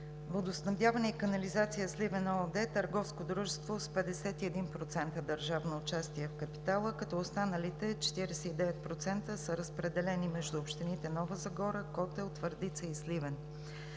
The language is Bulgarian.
„Водоснабдяване и канализация – Сливен“ ООД, е търговско дружество с 51% държавно участие в капитала, като останалите 49% са разпределени между общините Нова Загора, Котел, Твърдица и Сливен.